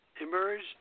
emerged